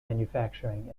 manufacturing